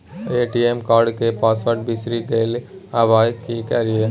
ATM card के password बिसरि गेलियै आबय की करियै?